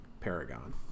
Paragon